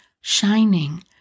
shining